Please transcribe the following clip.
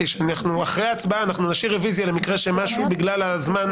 מודיע שאחרי ההצבעה נשאיר רוויזיה למקרה שפספסנו משהו בגלל הזמן,